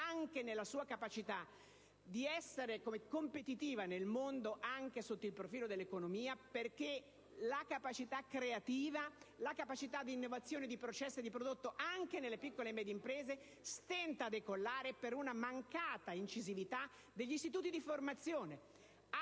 arretra nella sua capacità di essere competitiva nel mondo anche sotto il profilo economico perché la capacità creativa, di innovazione di processo e di prodotto anche nelle piccole e medie imprese stenta a decollare per una mancata incisività degli istituti di formazione.